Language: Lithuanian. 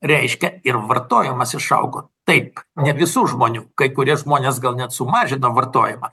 reiškia ir vartojimas išaugo taip ne visų žmonių kai kurie žmonės gal net sumažino vartojimą